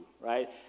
right